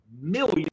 million